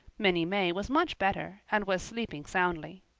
minnie may was much better and was sleeping soundly.